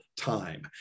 time